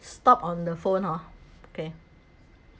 stop on the phone hor okay